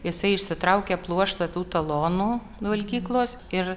jisai išsitraukė pluoštą tų talonų valgyklos ir